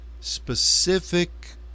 specific